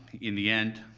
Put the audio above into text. in the end,